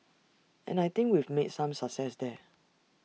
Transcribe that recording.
and I think we've made some success there